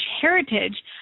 heritage